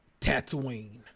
Tatooine